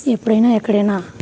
ఎప్పుడైనా ఎక్కడైనా